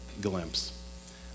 glimpse